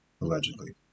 allegedly